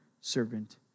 servant